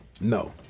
No